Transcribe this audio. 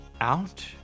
out